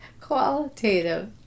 qualitative